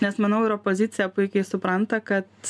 nes manau ir opozicija puikiai supranta kad